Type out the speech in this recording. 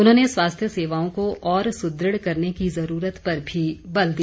उन्होंने स्वास्थ्य सेवाओं को और सुदृढ़ करने की ज़रूरत पर भी बल दिया